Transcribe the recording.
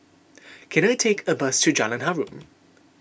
can I take a bus to Jalan Harum